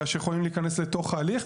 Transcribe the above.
שיכולים להיכנס לתוך ההליך.